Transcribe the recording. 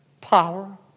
power